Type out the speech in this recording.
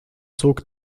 zog